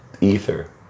ether